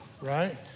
Right